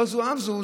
ולא זו אף זו,